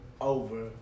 over